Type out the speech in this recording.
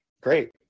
Great